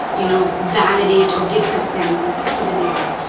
you know, validate or give consensus to the data.